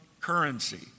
currency